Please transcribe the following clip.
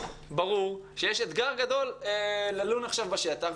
ברור שיש אתגר גדול ללון עכשיו בשטח.